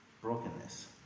Brokenness